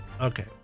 Okay